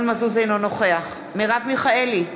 אינו נוכח מרב מיכאלי,